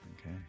Okay